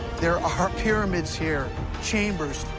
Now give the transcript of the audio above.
there are pyramids here chambers,